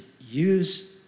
use